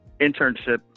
internship